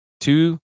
two